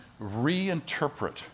reinterpret